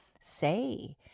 say